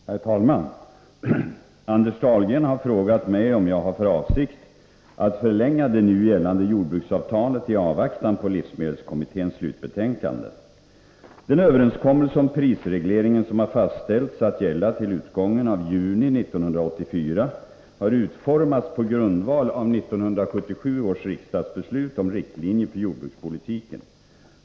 Herr talman! Anders Dahlgren har frågat mig om jag har för avsikt att förlänga det nu gällande jordbruksavtalet i avvaktan på livsmedelskommitténs slutbetänkande. Den överenskommelse om prisregleringen som har fastställts att gälla till utgången av juni 1984 har utformats på grundval av 1977 års riksdagsbeslut om riktlinjer för jordbrukspolitiken.